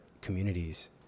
communities